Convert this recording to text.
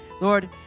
Lord